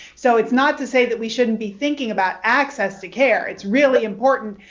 so it's not to say that we shouldn't be thinking about access to care. it's really important.